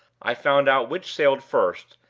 i found out which sailed first,